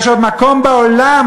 יש עוד מקום בעולם